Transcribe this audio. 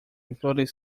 including